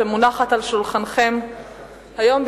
שמונחת על שולחנכם היום,